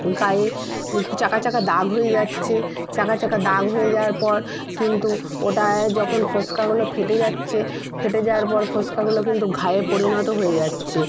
গায়ে খু চাকা চাকা দাগ হয়ে যাচ্ছে চাকা চাকা দাগ হয়ে যাওয়ার পর কিন্তু ওটা যখন ফোসকাগুলো ফেটে যাচ্ছে ফেটে যাওয়ার পর ফোসকাগুলো কিন্তু ঘায়ে পরিণত হয়ে যাচ্ছে